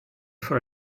for